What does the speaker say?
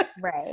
Right